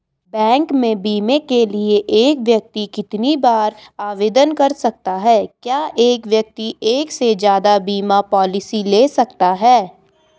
Bank में बीमे के लिए एक व्यक्ति कितनी बार आवेदन कर सकता है क्या एक व्यक्ति एक से ज़्यादा बीमा पॉलिसी ले सकता है?